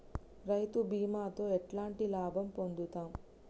రైతు బీమాతో ఎట్లాంటి లాభం పొందుతం?